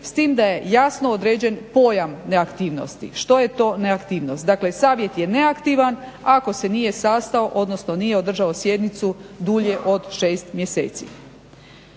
s tim da je jasno određen pojam neaktivnosti, što je to neaktivnost. Dakle, savjet je neaktivan ako se nije sastao odnosno nije održao sjednicu dulje od 6 mjeseci.